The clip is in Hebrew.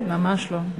ממש לא.